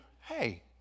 Hey